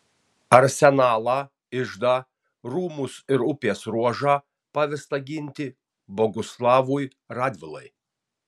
arsenalą iždą rūmus ir upės ruožą pavesta ginti boguslavui radvilai